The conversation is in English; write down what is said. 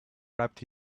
wrapped